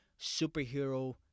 superhero